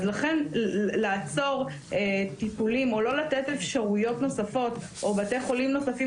לכן לא לעצור טיפולים או לא לתת אפשרויות נוספות או בתי חולים נוספים,